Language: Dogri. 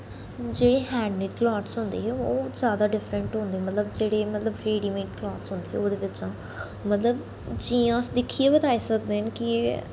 जेह्ड़े हैंडमेड़ कलॉथस होंदे ओह् जैदा डिफरैंट होंदे मतलब जेह्ड़े मतलब रडिमेड़ कलॉथस होंदे ओह्दे बिच्चां मतलब जि'यां अस दिक्खियै बताई सकदे न कि एह्